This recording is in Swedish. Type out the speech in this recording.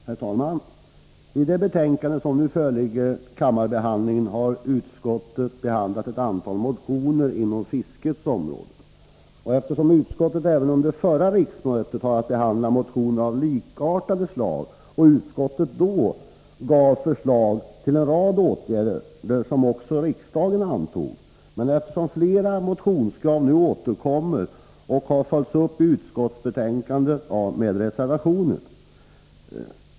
Herr talman! I det betänkande som nu föreligger till behandling har jordbruksutskottet behandlat ett antal motioner inom fiskets område. Utskottet hade även under förra riksmötet att behandla motioner av likartat slag och lade då fram förslag till en rad åtgärder som också riksdagen antog. Flera av dessa motionskrav återkommer nu och har följts upp i betänkandet med reservationer.